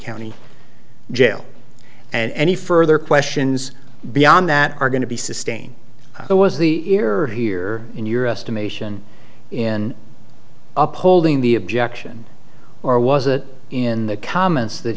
county jail and any further questions beyond that are going to be sustain it was the error here in your estimation in upholding the objection or was it in the comments that